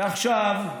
ועכשיו,